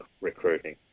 recruiting